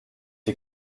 die